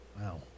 Wow